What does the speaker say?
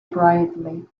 brightly